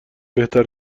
بهتر